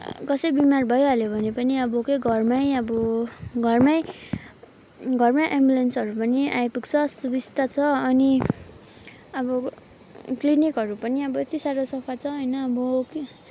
कसै बिमार भइहाल्यो भने पनि अब के घरमै अब घरमै घरमै एम्बुलेन्सहरू पनि आइपुग्छ सुबिस्ता छ अनि अब क्लिनिकहरू पनि अब यति साह्रो सफा छ होइन अब के